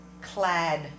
clad